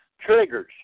triggers